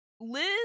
Liz